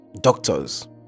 doctors